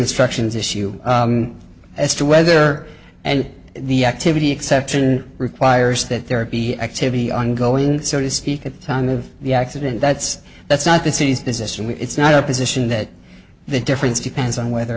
instructions issue as to whether and the activity exception requires that therapy activity ongoing so to speak at the time of the accident that's that's not the city's decision we it's not our position that the difference depends on whether